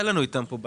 מה